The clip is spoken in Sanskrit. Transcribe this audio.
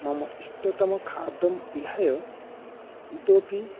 मम इष्टतमं खाद्यं विहाय इतोऽपि